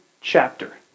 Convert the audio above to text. chapter